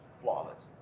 flawless